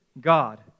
God